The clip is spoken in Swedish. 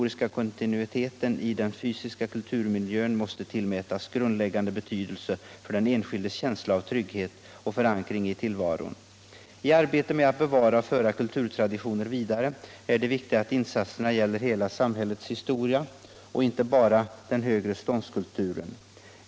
I arbetet med att bevara och föra kulturtraditioner vidare är det viktigt att insatserna gäller hela samhällets historia och inte bara den s.k. högreståndskulturen.